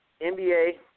NBA